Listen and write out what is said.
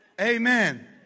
Amen